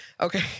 okay